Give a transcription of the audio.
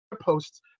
posts